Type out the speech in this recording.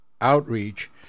outreach